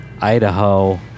Idaho